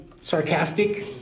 sarcastic